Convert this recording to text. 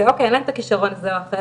כי אין להם את הכישרון כזה או אחר,